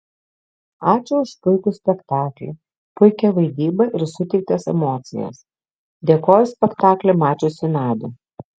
ačiū už puikų spektaklį puikią vaidybą ir suteiktas emocijas dėkojo spektaklį mačiusi nadia